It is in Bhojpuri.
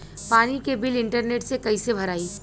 पानी के बिल इंटरनेट से कइसे भराई?